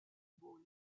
ball